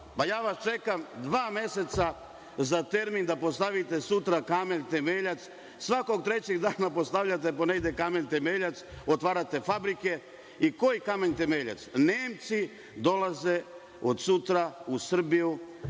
Pa, ja vas čekam dva meseca za termin da postavite sutra kamen temeljac. Svakog trećeg dana postavljate ponegde kamen temeljac, otvarate fabrike. Koji kamen temeljac? Nemci dolaze od sutra u Srbiju